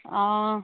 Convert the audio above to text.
অঁ